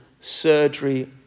surgery